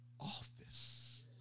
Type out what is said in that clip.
office